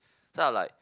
so I'm like